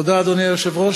תודה, אדוני היושב-ראש.